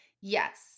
yes